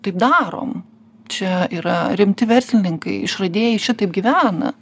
taip darom čia yra rimti verslininkai išradėjai šitaip gyvena